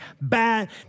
bad